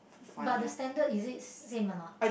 but the standard is it same or not